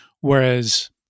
Whereas